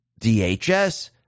DHS